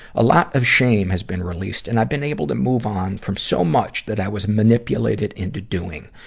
a lot of shame has been released, and i've been able to move on from so much that i was manipulated into doing.